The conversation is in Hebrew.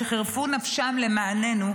שחירפו נפשם למעננו,